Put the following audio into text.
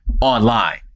online